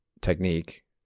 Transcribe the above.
technique